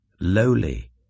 lowly